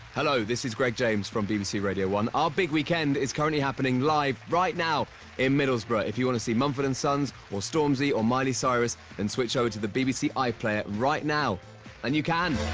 hello, this is greg james from bbc radio one our big weekend is currently happening live right now in middlesbrough if you want to see mumford and sons or storm z or miley cyrus and switch over to the bbc iplayer right now and you can